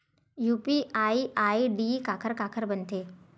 UPI ID काखर काखर बनथे?